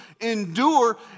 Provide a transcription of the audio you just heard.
endure